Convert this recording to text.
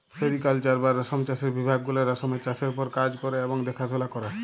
sericulture বা রেশম চাষের বিভাগ গুলা রেশমের চাষের উপর কাজ ক্যরে এবং দ্যাখাশলা ক্যরে